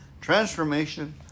transformation